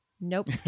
nope